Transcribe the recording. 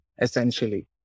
essentially